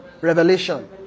revelation